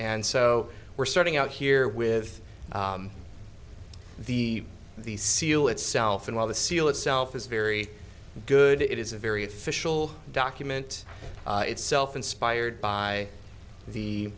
and so we're starting out here with the the seal itself and while the seal itself is very good it is a very official document itself inspired by the